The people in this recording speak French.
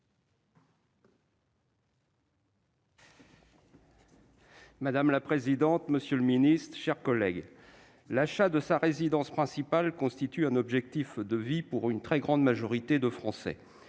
Madame la présidente, monsieur le ministre, mes chers collègues, l'achat d'une résidence principale constitue un objectif de vie pour une très grande majorité de Français.